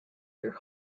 your